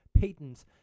patents